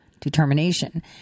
determination